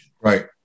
Right